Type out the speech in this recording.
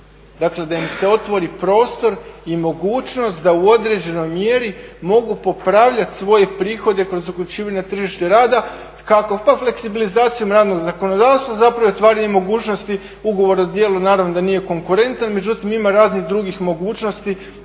Dakle da im se otvori prostor i mogućnost da u određenoj mjeri mogu popravljati svoje prihode kroz uključivanje na tržište rada. Kako? Pa fleksibilizacijom radnog zakonodavstva zapravo je otvaranje mogućnosti ugovor o djelu naravno da nije konkurentan međutim ima raznih drugih mogućnosti